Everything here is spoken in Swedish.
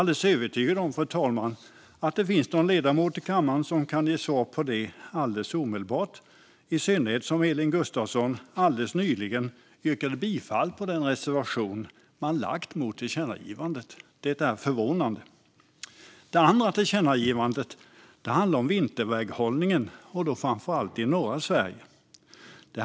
Jag är övertygad om att någon ledamot kan ge ett omedelbart svar på detta, i synnerhet som Elin Gustafsson alldeles nyligen yrkade bifall till reservationen mot tillkännagivandet, vilket som sagt är förvånande. Det andra tillkännagivandet handlar om vinterväghållningen, framför allt i norra Sverige.